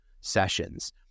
sessions